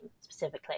specifically